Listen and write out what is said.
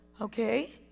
Okay